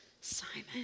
Simon